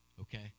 okay